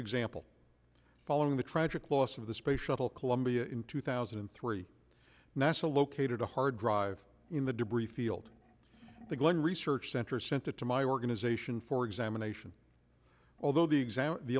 example following the tragic loss of the space shuttle columbia in two thousand and three nasa located a hard drive in the debris field the glenn research center sent it to my organization for examination although the